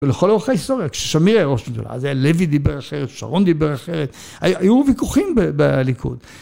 ולכל אורך ההיסטוריה, כששמיר היה ראש ממשלה, לוי דיבר אחרת, שרון דיבר אחרת, היו ויכוחים בליכוד.